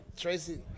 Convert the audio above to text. Tracy